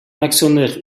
actionnaire